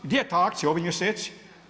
Gdje je ta akcija u ovim mjeseci?